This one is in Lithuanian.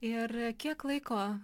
ir kiek laiko